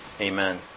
Amen